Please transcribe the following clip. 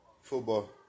Football